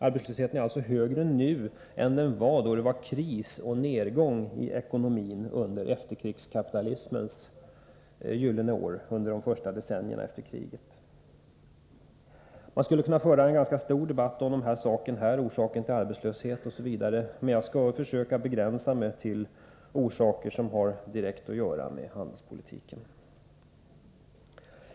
Arbetslösheten är alltså högre nu än vad den var då det var kris och nedgång i ekonomin tiden efter efterkrigskapitalismens gyllene år — de första decennierna efter kriget. Man skulle kunna föra en ganska lång debatt här om dessa ting, om orsaken till arbetslösheten osv. , men jag skall försöka begränsa mig till sådant som direkt har att göra med handelspolitiken.